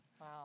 Wow